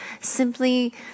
Simply